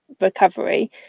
recovery